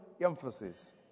emphasis